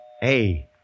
Hey